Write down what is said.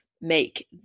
make